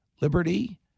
liberty